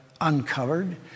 uncovered